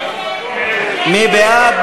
מי בעד?